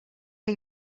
que